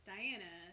Diana